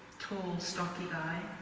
stocky guy